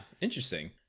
Interesting